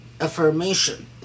affirmation